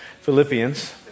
Philippians